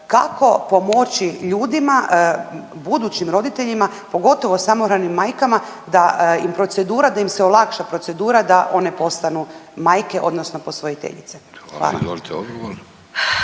Kako pomoći ljudima, budućim roditeljima, pogotovo samohranim majkama da i procedura, da im se olakša procedura da one postanu majke, odnosno posvojiteljice?